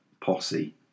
posse